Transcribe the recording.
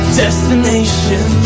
destination